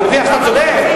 זה מוכיח שאתה צודק?